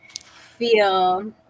feel